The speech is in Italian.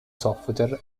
software